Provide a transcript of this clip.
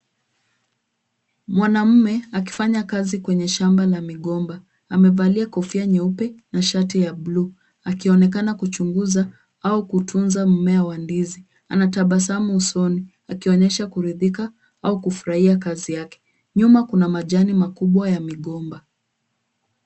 Mwanamume akifanya kazi kwenye shamba la migomba, amevalia kofia nyeupe na shati ya buluu, akionekana kuchunguza au kutunza mmea wa ndizi, anatabasamu usoni, akionyesha kuridhika au kufurahia kazi yake. Nyuma kuna majani makubwa ya migomba.